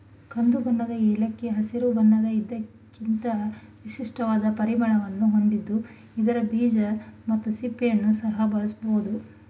ಕಂದುಬಣ್ಣದ ಏಲಕ್ಕಿ ಹಸಿರು ಬಣ್ಣದ ಇದಕ್ಕಿಂತ ವಿಶಿಷ್ಟವಾದ ಪರಿಮಳವನ್ನು ಹೊಂದಿದ್ದು ಇದರ ಬೀಜ ಮತ್ತು ಸಿಪ್ಪೆಯನ್ನು ಸಹ ಬಳಸಬೋದು